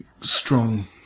strong